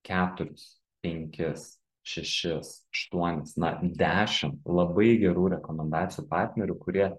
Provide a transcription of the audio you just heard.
keturis penkis šešis aštuonis na dešim labai gerų rekomendacijų partnerių kurie